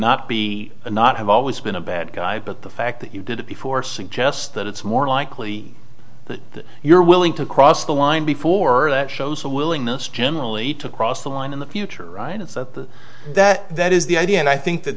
not be a not have always been a bad guy but the fact that you did it before suggests that it's more likely if you're willing to cross the line before that shows a willingness generally to cross the line in the future right it's that that that is the idea and i think that